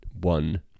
one